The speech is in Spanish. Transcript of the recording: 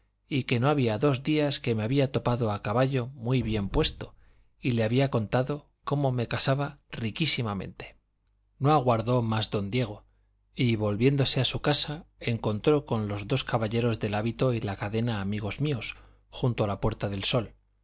y que no había dos días que me había topado a caballo muy bien puesto y le había contado cómo me casaba riquísimamente no aguardó más don diego y volviéndose a su casa encontró con los dos caballeros del hábito y cadena amigos míos junto a la puerta del sol